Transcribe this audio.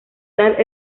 tal